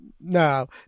No